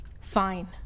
Fine